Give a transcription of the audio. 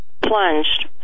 plunged